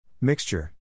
Mixture